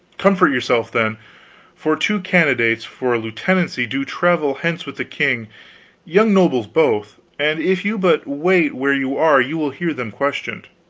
comfort yourself, then for two candidates for a lieutenancy do travel hence with the king young nobles both and if you but wait where you are you will hear them questioned.